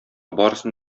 барысын